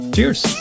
Cheers